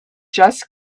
just